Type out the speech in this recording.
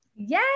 Yay